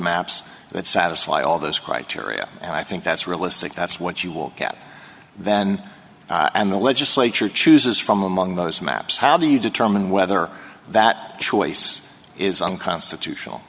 maps that satisfy all those criteria and i think that's realistic that's what you will get then and the legislature chooses from among those maps how do you determine whether that choice is unconstitutional